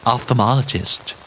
Ophthalmologist